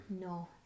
No